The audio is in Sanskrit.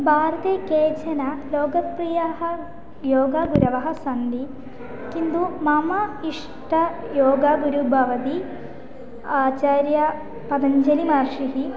भारते केचन लोकप्रियाः योगागुरवः सन्ति किन्तु मम इष्टतमः योगागुरुः भवति आचार्यापतञ्जलिमहर्षिः